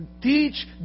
teach